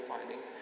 findings